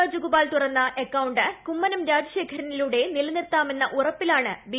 രാജഗോപാൽ തുറന്ന അക്കൌണ്ട് കുമ്മനം രാജശേഖരനിലൂടെ നിലനിർത്താമെന്ന ഉറപ്പിലാണ് ബി